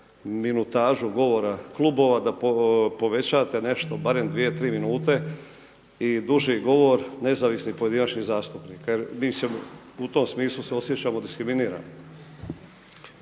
minutažu govora klubova, da povećate nešto, barem 2-3 minute i duži govor Nezavisnih pojedinačnih zastupnika jer mislim, u tome smislu se osjećamo diskriminiramo.